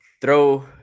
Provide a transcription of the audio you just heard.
Throw